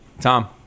Tom